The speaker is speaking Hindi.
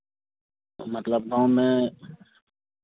तो मतलब गाँव में